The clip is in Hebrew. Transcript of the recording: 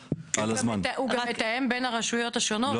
הוא גם מתאם בין הרשויות השונות,